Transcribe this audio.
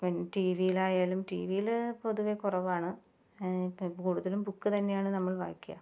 പിന്നെ ടി വിയിലായാലും ടി വിയില് പൊതുവേ കുറവാണ് ഇപ്പോൾ കൂടുതലും ബുക്ക് തന്നെയാണ് നമ്മൾ വായിക്കുക